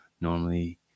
Normally